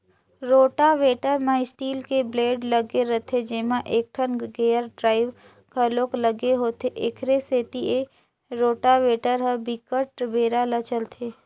rotavator म steel के blade लगे रहिथे जेमा एकठन गेयर ड्राइव घलोक लगे होथे, एखरे सेती ए रोटावेटर ह बिकट बेरा ले चलथे